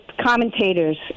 commentators